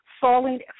falling